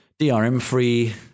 DRM-free